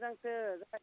मोजांसो